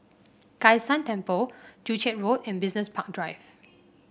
Kai San Temple Joo Chiat Road and Business Park Drive